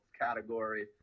category